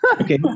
Okay